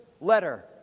letter